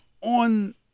on